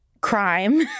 crime